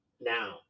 Now